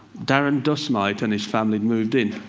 darren dust mite and his family moved in.